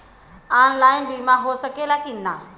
Online बीमा हो सकेला की ना?